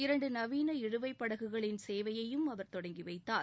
இரண்டு நவீன இழுவைப் படகுகளின் சேவையையும் அவர் தொடங்கி வைத்தார்